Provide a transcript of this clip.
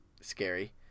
scary